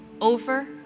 over